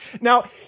Now